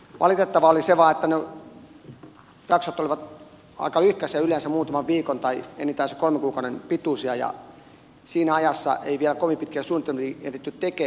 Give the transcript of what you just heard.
valitettavaa oli se vaan että ne jaksot olivat aika lyhkäisiä yleensä muutaman viikon tai enintään sen kolmen kuukauden pituisia ja siinä ajassa ei vielä kovin pitkiä suunnitelmia ehditty tekemään